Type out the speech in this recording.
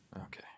Okay